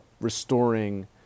restoring